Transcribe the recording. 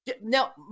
Now